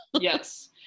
yes